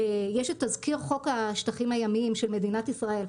יש את תזכיר חוק השטחים הימיים של מדינת ישראל,